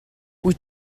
wyt